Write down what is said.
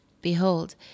Behold